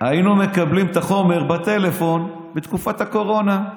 היינו מקבלים את החומר בטלפון בתקופת הקורונה,